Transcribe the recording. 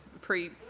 pre